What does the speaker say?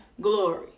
glory